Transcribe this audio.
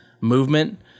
movement